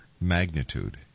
magnitude